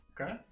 okay